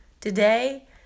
Today